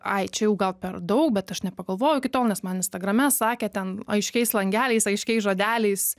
ai čia jau gal per daug bet aš nepagalvojau iki tol nes man instagrame sakė ten aiškiais langeliais aiškiai žodeliais